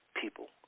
People